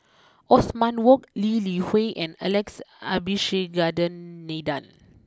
Othman Wok Lee Li Hui and Alex Abisheganaden